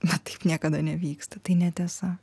na taip niekada nevyksta tai netiesa